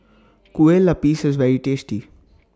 Kueh Lapis IS very tasty